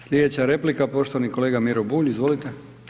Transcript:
Slijedeća replika, poštovani kolega Miro Bulj, izvolite.